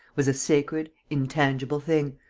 was a sacred, intangible thing,